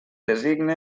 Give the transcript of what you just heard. designe